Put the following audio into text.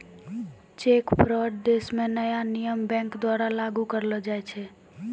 cheque fraud देश म नया नियम बैंक द्वारा लागू करलो जाय छै